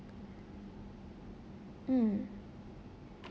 mm